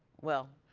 well,